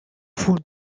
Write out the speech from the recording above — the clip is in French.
foule